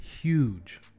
Huge